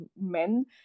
men